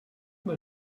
mal